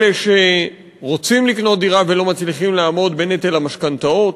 אלה שרוצים לקנות דירה ולא מצליחים לעמוד בנטל המשכנתאות,